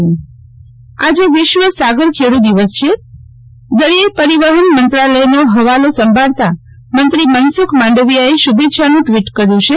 શીતલ વૈશ્નવ વિશ્વ સાગરખેડૂ દિવસ આજે વિશ્વ સાગરખેડૂ દિવસ છે દરિયાઈ પરિવફન મંત્રાલય નો ફવાલો સંભાળતા મંત્રી મનસુખ માંડલીયાએ શુભેચ્છાનું ટ્વીટ કર્યું છે